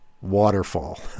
waterfall